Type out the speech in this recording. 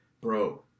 bro